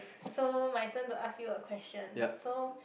so my turn to ask you a question so